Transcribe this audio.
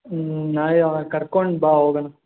ಹ್ಞೂ ನಾಳೆ ಅವನ್ನ ಕರ್ಕೊಂಡು ಬಾ ಹೋಗೋಣ